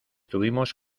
tuvimos